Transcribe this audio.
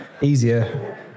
easier